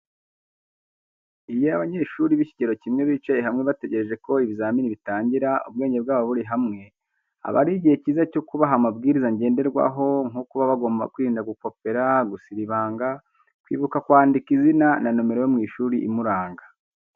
Iyo abanyeshuri b'ikigero kimwe bicaye hamwe bategereje ko ibizamini bitangira, ubwenge bwabo buri hamwe, aba ari igihe cyiza cyo kubaha amabwiriza ngenderwaho, nko kuba bagomba kwirinda gukopera, gusiribanga, kwibuka kwandika izina na nomero yo mu ishuri imuranga.